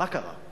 מה קרה?